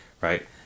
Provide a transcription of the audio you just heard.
right